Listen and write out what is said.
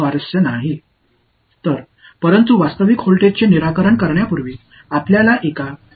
எனவே நீங்கள் உண்மையான மின்னழுத்தத்தை தீர்க்கும் முன் ஒரு இடைநிலை மாறிக்கு நீங்கள் தீர்வு காண வேண்டும்